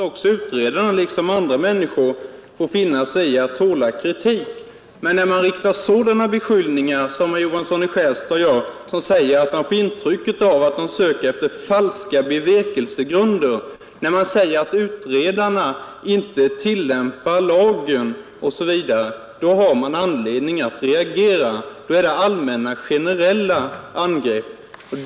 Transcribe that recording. Herr talman! Det är självklart att dessa utredare liksom andra människor måste tåla kritik. Men när man framför sådana beskyllningar som herr Johansson i Skärstad gör och säger att man får intrycket att utredarna söker efter falska bevekelsegrunder, att de inte tillämpar lagen osv. finns det anledning att reagera — då är det generella angrepp.